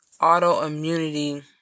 autoimmunity